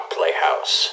Playhouse